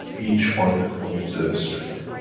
each one according to their strength,